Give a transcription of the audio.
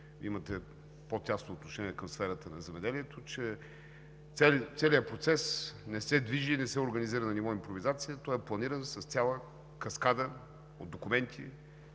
имате по-тясно отношение към сферата на земеделието, че целият процес не се движи, не се организира на ниво импровизация, той е планиран с цяла каскада от документи,